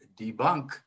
debunk